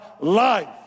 life